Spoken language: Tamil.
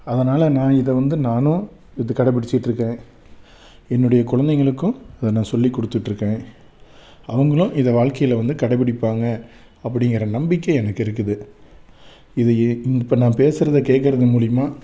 அதனால் நான் இதை வந்து நானும் இதை கடைப்பிடிச்சிட்டுருக்கேன் என்னுடைய குழந்தைங்களுக்கும் அதை நான் சொல்லிக்கொடுத்துட்ருக்கேன் அவங்களும் இதை வாழ்க்கையில் வந்து கடைப்பிடிப்பாங்க அப்படிங்கிற நம்பிக்கை எனக்கு இருக்குது இது ஏ இப்போ நான் பேசுறதை கேட்கறது முலியமாக